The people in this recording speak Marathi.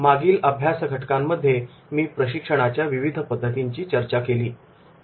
मागील अभ्यास घटकांमध्ये मी प्रशिक्षणाच्या विविध पद्धतींची चर्चा केली आहे